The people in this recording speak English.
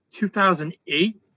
2008